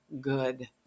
good